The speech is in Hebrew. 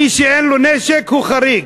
מי שאין לו נשק הוא חריג.